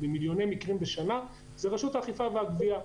במיליוני מקרים בשנה זה רשות האכיפה והגבייה,